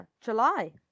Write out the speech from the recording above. July